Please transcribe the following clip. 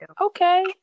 okay